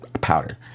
powder